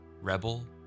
Rebel